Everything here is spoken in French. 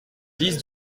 dix